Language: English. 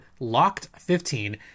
LOCKED15